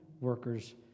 workers